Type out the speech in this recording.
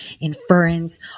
inference